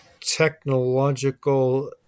technological